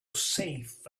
safe